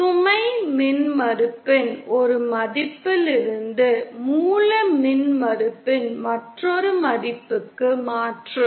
சுமை மின்மறுப்பின் ஒரு மதிப்பிலிருந்து மூல மின்மறுப்பின் மற்றொரு மதிப்புக்கு மாற்றம்